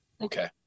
Okay